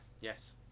Yes